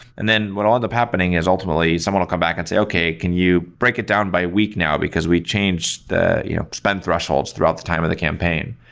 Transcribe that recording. and then what will end up happening is ultimately someone will come back and say, okay, can you break it down by week now, because we changed the you know spend thresholds throughout the time of the campaign,